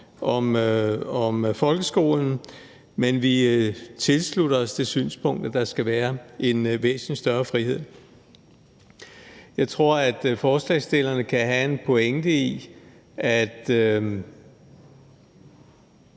om folkeskolen, men vi tilslutter os det synspunkt, at der skal være en væsentlig større frihed. Jeg tror, at forslagsstillerne kan have en pointe i, at